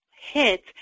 hit